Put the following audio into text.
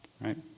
right